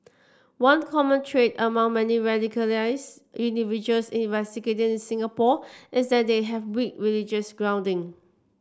one common trait among many radicalised individuals investigated in Singapore is that they have weak religious grounding